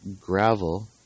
gravel